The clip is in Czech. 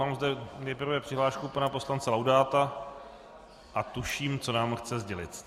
Mám zde nejprve přihlášku pana poslance Laudáta a tuším, co nám chce sdělit.